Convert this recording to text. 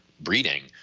breeding